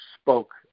spoke